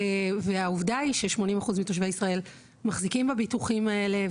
והעובדה היא ש-80% מתושבי ישראל מחזיקים בביטוחים האלה,